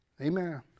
Amen